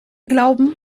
glauben